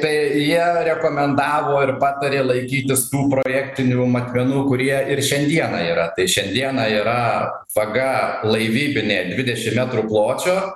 tai jie rekomendavo ir patarė laikytis tų projektinių matmenų kurie ir šiandieną yra tai šiandieną yra vaga laivybinė dvidešimt metrų pločio